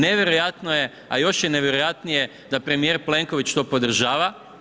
Nevjerojatno je a još je nevjerojatnije da premijer Plenković to podržava.